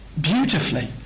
beautifully